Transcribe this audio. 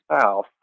South